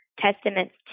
testaments